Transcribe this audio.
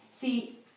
See